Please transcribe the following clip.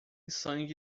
sangue